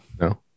No